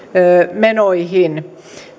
menoihin